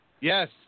Yes